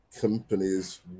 companies